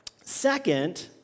Second